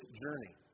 journey